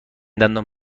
دندان